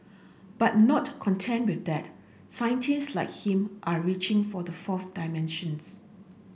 but not content with that scientists like him are reaching for the fourth dimensions